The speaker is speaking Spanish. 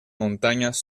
montañas